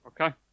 Okay